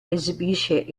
esibisce